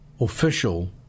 official